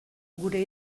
gure